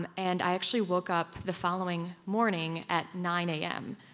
and and i actually woke up the following morning at nine a m,